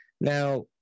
Now